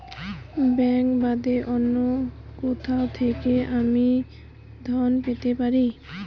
Bank বাদে অন্য কোথা থেকে আমি ঋন পেতে পারি?